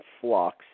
flux